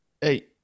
Hey